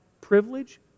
privilege